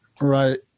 Right